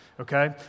Okay